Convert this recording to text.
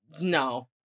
no